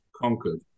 conquered